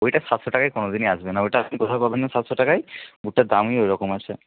ওইটা সাতশো টাকায় কোনোদিনই আসবে না ওইটা আপনি কোথাও পাবেন না সাতশো টাকায় বুটটার দামই ওই রকম আসে